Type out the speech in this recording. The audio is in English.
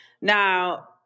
Now